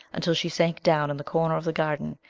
until she sank down in the corner of the garden,